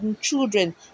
children